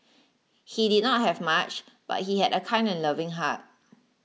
he did not have much but he had a kind and loving heart